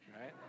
right